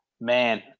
Man